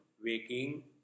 waking